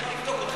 תזכיר לי,